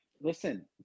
Listen